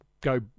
go